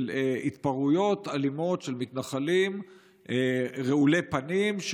של התפרעויות אלימות של מתנחלים רעולי פנים,